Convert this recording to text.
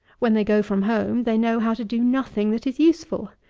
when they go from home, they know how to do nothing that is useful.